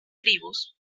tribus